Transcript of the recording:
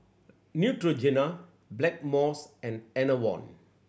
Neutrogena Blackmores and Enervon